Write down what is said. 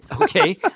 okay